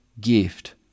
gift